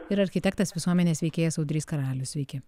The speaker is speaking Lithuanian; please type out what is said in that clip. ir architektas visuomenės veikėjas audrys karalius sveiki